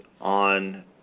on